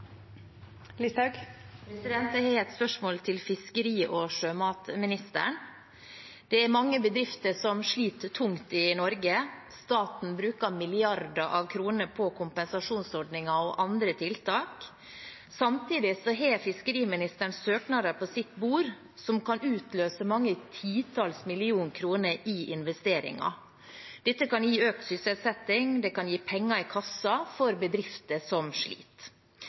Jeg har et spørsmål til fiskeri- og sjømatministeren. Det er mange bedrifter som sliter tungt i Norge. Staten bruker milliarder av kroner på kompensasjonsordninger og andre tiltak. Samtidig har fiskeriministeren søknader på sitt bord som kan utløse mange titalls millioner kroner i investeringer. Dette kan gi økt sysselsetting, og det kan gi penger i kassen for bedrifter som sliter.